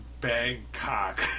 Bangkok